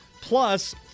plus